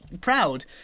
proud